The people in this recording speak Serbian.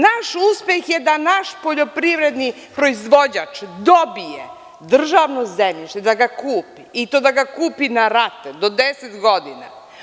Naš uspeh je da naš poljoprivredni proizvođač dobije državno zemljište, da ga kupi i to da ga kupi na rate do deset godina.